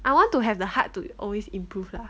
I want to have the heart to always improve lah